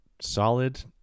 solid